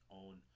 own